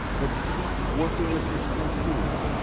but keep working with your school teams.